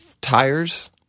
tires